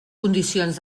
condicions